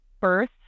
birth